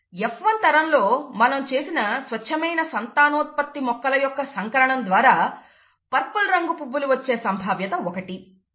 F1 తరంలో మనం చేసిన స్వచ్ఛమైన సంతానోత్పత్తి మొక్కల యొక్క సంకరణ ద్వారా పర్పుల్ రంగు పువ్వులు వచ్చే సంభావ్యత 1